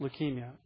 leukemia